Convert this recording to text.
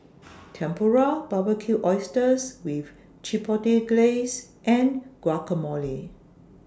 Tempura Barbecued Oysters with Chipotle Glaze and Guacamole